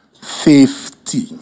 fifty